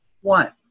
One